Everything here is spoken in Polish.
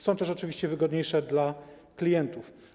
Są też oczywiście wygodniejsze dla klientów.